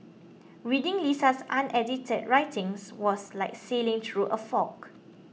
reading Lisa's unedited writings was like sailing through a fog